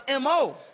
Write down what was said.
MO